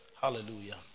Hallelujah